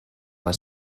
les